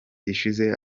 ishize